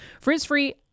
Frizz-free